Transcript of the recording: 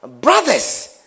Brothers